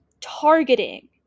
targeting